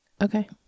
Okay